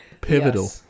Pivotal